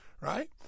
Right